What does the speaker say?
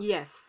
Yes